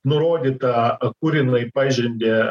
nurodyta kur jinai pažeidė